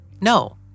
No